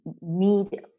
need